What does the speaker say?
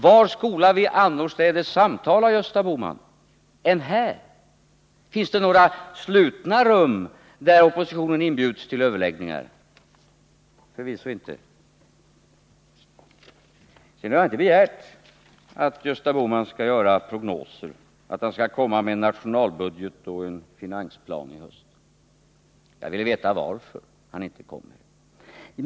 Var skall vi annorstädes samtala, Gösta Bohman? Finns det några slutna rum där oppositionen inbjuds till överläggningar? Förvisso inte. Sedan har jag inte begärt att Gösta Bohman skall göra prognoser, att han skall lägga fram en nationalbudget och en finansplan i höst. Jag ville veta varför han inte har gjort det.